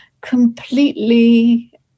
completely